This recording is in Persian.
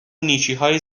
نیکیهای